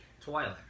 Twilight